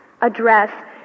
address